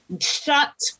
Shut